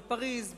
בפריס,